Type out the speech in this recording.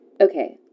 Okay